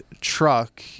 truck